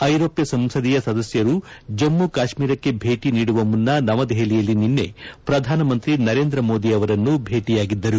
ಐರೋಪ್ಠ ಸಂಸದೀಯ ಸದಸ್ಕರು ಜಮ್ಮ ಕಾಶ್ಮೀರಕ್ಕೆ ಭೇಟಿ ನೀಡುವ ಮುನ್ನ ನವದೆಪಪಲಿಯಲ್ಲಿ ನಿನ್ನೆ ಪ್ರಧಾನಮಂತ್ರಿ ನರೇಂದ್ರ ಮೋದಿ ಅವರನ್ನು ಭೇಟಿಯಾಗಿದ್ದರು